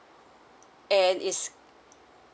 and is